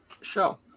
show